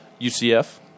UCF